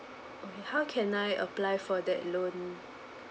okay how can I apply for that loan